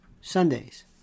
Sundays